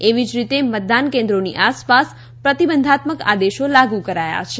એવી જ રીતે મતદાન કેન્દ્રોની આસપાસ પ્રતિબંધાત્મક આદેશો લાગુ કરાયા છે